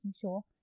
sure